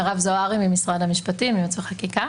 אני מירב זוהרי ממשרד המשפטים, ייעוץ וחקיקה.